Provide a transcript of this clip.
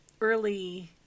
early